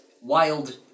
wild